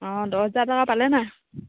অঁ দছ হাজাৰ টকা পালে নাই